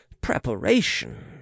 preparation